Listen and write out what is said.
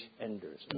enders